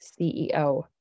CEO